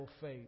Faith